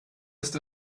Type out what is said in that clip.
ist